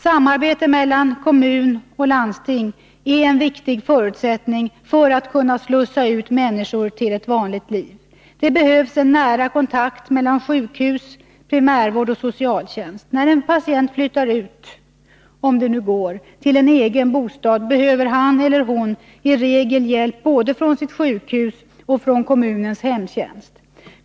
Samarbete mellan kommun och landsting är en viktig förutsättning för att man skall kunna slussa ut människor till vanligt liv. Det behövs en nära kontakt mellan sjukhus, primärvård och socialtjänst. När en patient flyttar ut tillen egen bostad — om det går — behöver han eller hon i regel hjälp både från sitt sjukhus och från kommunens hemtjänst.